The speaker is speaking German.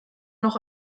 noch